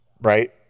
Right